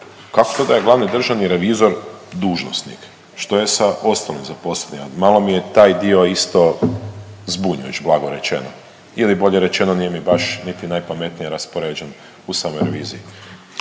kako to da je glavni državni revizor dužnosnik? Što je sa ostalim zaposlenima? Malo mi je taj dio isto zbunjujuć, blago rečeno ili bolje rečeno, nije mi baš niti najpametnije raspoređeno .../Govornik